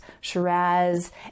Shiraz